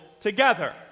together